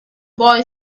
boy